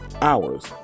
hours